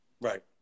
Right